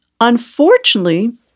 Unfortunately